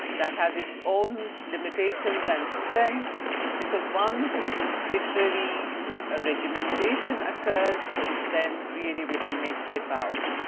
that has its own limitations and strengths because once literary regimentation occurs then creativity may slip out.